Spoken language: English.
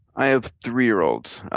i have three year olds,